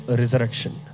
resurrection